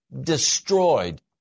destroyed